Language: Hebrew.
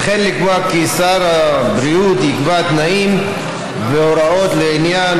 וכן לקבוע כי שר הבריאות יקבע תנאים והוראות לעניין